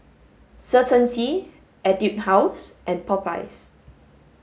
Certainty Etude House and Popeyes